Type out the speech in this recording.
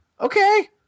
Okay